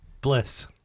Bliss